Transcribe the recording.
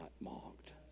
mocked